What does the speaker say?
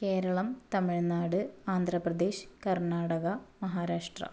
Keralam Tamil Nadu Andhra Pradesh Karnataka Maharashtra